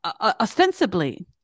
ostensibly